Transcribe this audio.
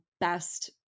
best